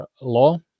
law